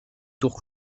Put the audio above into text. tour